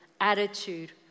Attitude